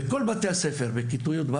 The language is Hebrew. הצעתי בכל בתי הספר בארץ,